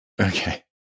okay